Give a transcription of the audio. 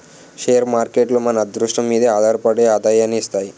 share మార్కేట్లు మన అదృష్టం మీదే ఆధారపడి ఆదాయాన్ని ఇస్తాయి